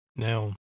Now